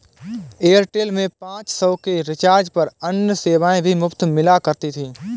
Airtel में पाँच सौ के रिचार्ज पर अन्य सेवाएं भी मुफ़्त मिला करती थी